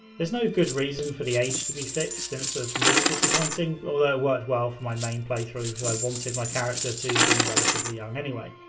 there's no good reason for the age to be fixed and it's a little disappointing, although it worked well for my main playthrough because i wanted my character to be relatively young anyway.